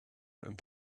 and